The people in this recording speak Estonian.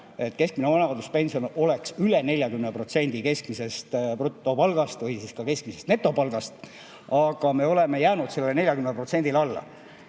keskmine vanaduspension oleks üle 40% keskmisest brutopalgast või siis ka keskmisest netopalgast, aga me oleme jäänud sellele 40%-le alla.